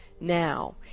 now